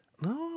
no